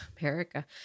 America